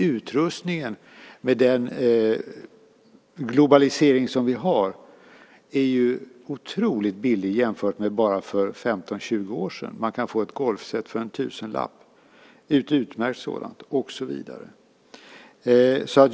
Utrustningen, med den globalisering som vi har, är otroligt billig jämfört med bara för 15-20 år sedan. Man kan få ett utmärkt golfset för en tusenlapp. Och så vidare.